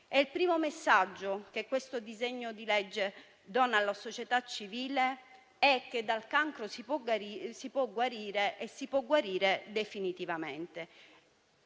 Il primo messaggio che questo disegno di legge dona alla società civile è che dal cancro si può guarire e si può guarire definitivamente.